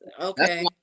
Okay